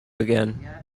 again